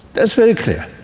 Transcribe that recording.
that's very clear.